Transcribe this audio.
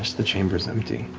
the chamber's empty.